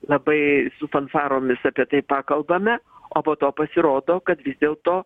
labai su fanfaromis apie tai pakalbame o po to pasirodo kad vis dėlto